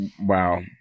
Wow